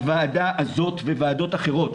הוועדה הזאת וועדות אחרות,